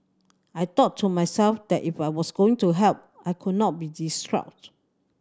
I thought to myself that if I was going to help I could not be distraught